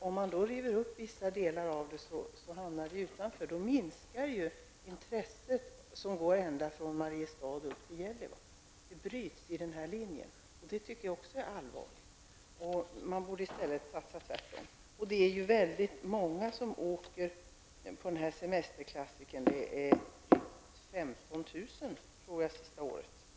Om man river upp vissa delar av banorna, hamnar dessa ekonomiska föreningar utanför. Och då minskar det intresse som finns -- från Mariestad till Gävle. Det tycker jag vore allvarligt. Man borde i stället göra tvärtom. Det är väldigt många som åker på denna semesterklassiker -- 15 000 tror jag att det var under det senaste året.